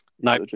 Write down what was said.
No